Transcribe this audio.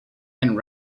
and